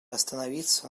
остановиться